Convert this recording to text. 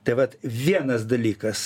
tai vat vienas dalykas